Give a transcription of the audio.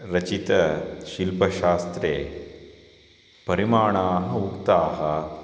रचिते शिल्पशास्त्रे परिमाणाः उक्ताः